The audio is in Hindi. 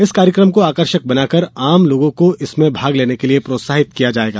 इस कार्यक्रम को आकर्षक बनाकर आम लोगों को इसमें भाग लेने के लिए प्रोत्साहित किया जायेगा